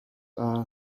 are